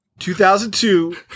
2002